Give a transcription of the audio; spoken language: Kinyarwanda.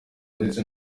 ndetse